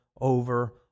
over